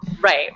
Right